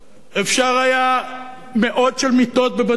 אפשר היה להכניס מאות מיטות חדשות בבתי-חולים,